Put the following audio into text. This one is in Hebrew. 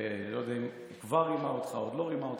אני לא יודע אם הוא כבר רימה אותך או עוד לא רימה אותך,